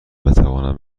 بتوانم